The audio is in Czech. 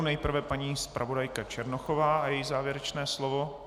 Nejprve paní zpravodajka Černochová a její závěrečné slovo.